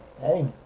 hey